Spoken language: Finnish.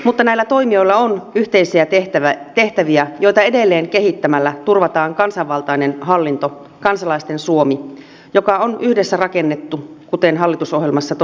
mutta näillä toimijoilla on yhteisiä tehtäviä joita edelleen kehittämällä turvataan kansanvaltainen hallinto kansalaisten suomi joka on yhdessä rakennettu kuten hallitusohjelmassa todetaan